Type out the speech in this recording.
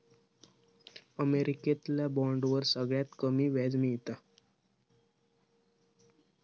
अमेरिकेतल्या बॉन्डवर सगळ्यात कमी व्याज मिळता